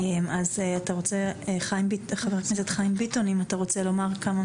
אז חבר הכנסת יוסי טייב, אם אתה רוצה לומר כמה